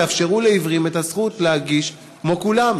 תאפשרו לעיוורים את הזכות להגיש כמו כולם.